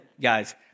guys